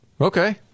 Okay